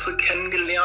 kennengelernt